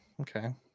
Okay